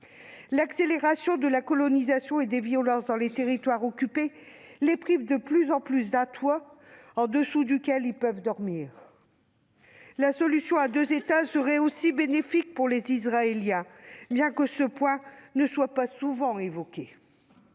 l'accélération de la colonisation et des violences dans les territoires occupés les privent de plus en plus souvent d'un toit. Mais la solution à deux États serait également bénéfique pour les Israéliens, bien que ce point ne soit pas souvent évoqué.